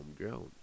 Homegrown